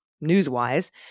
news-wise